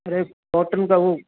अरे कॉटन था वो